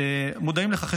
מודעים לכך.